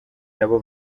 nabo